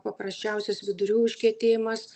paprasčiausias vidurių užkietėjimas